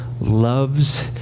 loves